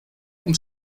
und